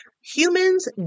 Humans